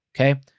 Okay